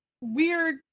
weird